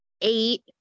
eight